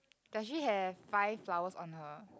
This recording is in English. does she have five flowers on her